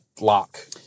lock